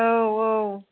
औ औ